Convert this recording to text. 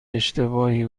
اشتباهی